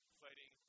fighting